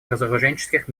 разоруженческих